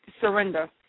surrender